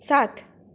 सात